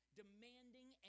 demanding